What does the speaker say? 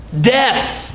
death